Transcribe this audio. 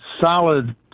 solid